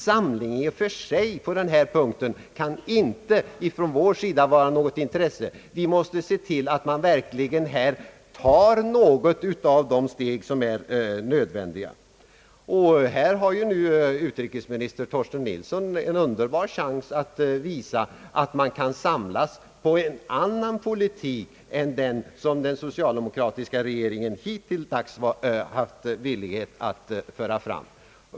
Samling i och för sig på denna punkt kan inte vara av något intresse för oss. Här måste man verkligen ta något av de steg som är nödvändiga att ta. Utrikesministern Torsten Nilsson har nu en underbar chans att visa att man kan samlas om en annan politik än den som den socialdemokratiska regeringen hittilldags varit villig att föra fram.